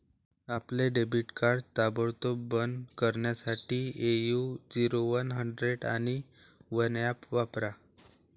आपले debit card ताबडतोब बंद करण्यासाठी ए.यू झिरो वन हंड्रेड आणि वन ऍप वापरा